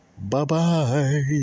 Bye-bye